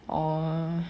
orh